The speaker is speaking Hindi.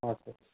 हाँ सर